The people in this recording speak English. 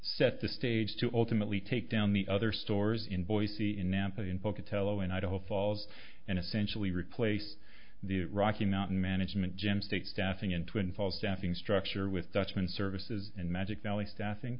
set the stage to ultimately take down the other stores in boise in nampa in pocatello and idaho falls and essentially replace the rocky mountain management jim stick staffing in twin falls staffing structure with dutchman services and magic valley staffing